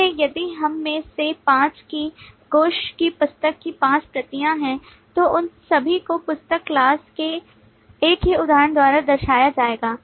इसलिए यदि हम में से 5 की Gooch की पुस्तक की 5 प्रतियां हैं तो उन सभी को पुस्तक class के एक ही उदाहरण द्वारा दर्शाया जाएगा